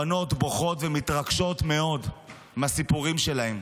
בנות בוכות ומתרגשות מאוד מהסיפורים שלהם.